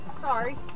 Sorry